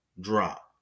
drop